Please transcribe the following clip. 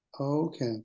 Okay